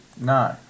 No